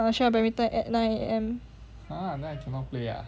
err she want badminton at nine A_M